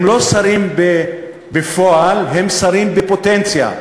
הם לא שרים בפועל, הם שרים בפוטנציה.